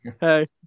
hey